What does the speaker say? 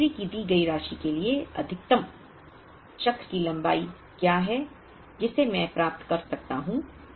inventory की दी गई राशि के लिए अधिकतम चक्र की लंबाई क्या है जिसे मैं प्राप्त कर सकता हूं